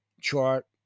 chart